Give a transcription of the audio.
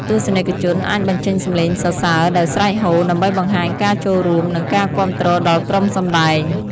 ទស្សនិកជនអាចបញ្ចេញសំឡេងសរសើរដោយស្រែកហ៊ោ ដើម្បីបង្ហាញការចូលរួម និងការគាំទ្រដល់ក្រុមសម្តែង។